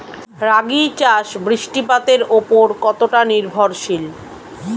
রাগী চাষ বৃষ্টিপাতের ওপর কতটা নির্ভরশীল?